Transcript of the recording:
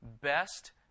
best